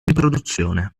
introduzione